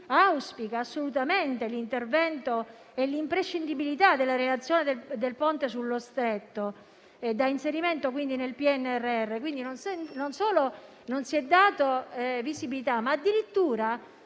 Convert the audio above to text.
auspica assolutamente l'intervento e l'imprescindibilità della relazione del Ponte sullo Stretto, da inserire quindi nel PNRR. Non solo non si è data visibilità, ma addirittura